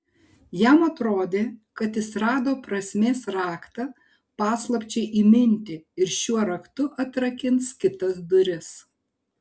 jam atrodė kad jis rado prasmės raktą paslapčiai įminti ir šiuo raktu atrakins ir kitas duris